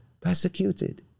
Persecuted